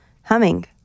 Humming